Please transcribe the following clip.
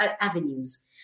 avenues